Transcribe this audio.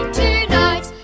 tonight